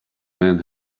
men